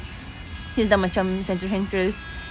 since dah macam central central